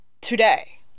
today